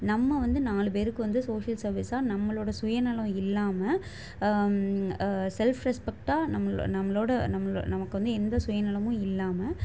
நம்ம வந்து நாலு பேருக்கு வந்து சோஷியல் சர்வீஸாக நம்மளோடய சுயநலம் இல்லாமல் செல்ஃப் ரெஸ்பெக்டாக நம் நம்மளோடய நம்ளை நமக்கு வந்து எந்த சுயநலமும் இல்லாமல்